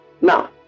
now